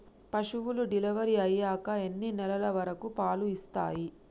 పశువులు డెలివరీ అయ్యాక ఎన్ని నెలల వరకు పాలు ఇస్తాయి?